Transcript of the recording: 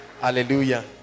Hallelujah